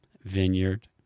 Vineyard